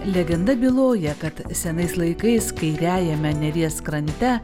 legenda byloja kad senais laikais kairiajame neries krante